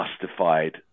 justified